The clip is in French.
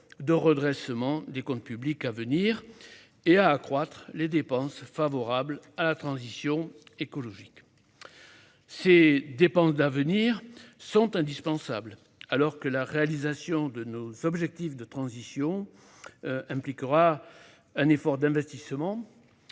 de redressement des comptes publics à venir et à accroître les dépenses favorables à la transition écologique. Ces dépenses d'avenir sont indispensables, alors que la réalisation de nos objectifs de transition impliquera un effort d'investissement